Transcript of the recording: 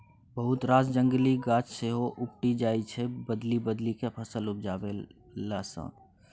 बहुत रास जंगली गाछ सेहो उपटि जाइ छै बदलि बदलि केँ फसल उपजेला सँ